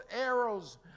arrows